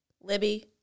Libby